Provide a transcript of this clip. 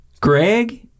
Greg